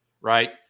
right